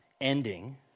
ending